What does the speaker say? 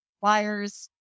flyers